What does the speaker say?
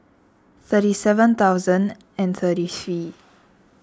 thirty seven thousand and thirty three